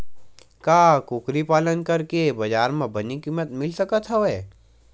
का कुकरी पालन करके बजार म बने किमत मिल सकत हवय?